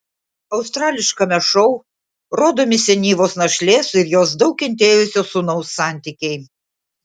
australiškame šou rodomi senyvos našlės ir jos daug kentėjusio sūnaus santykiai